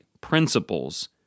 principles